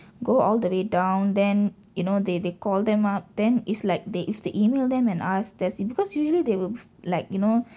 go all the way down then you know they they call them up then is like they if they email them and ask that's it because usually they will like you know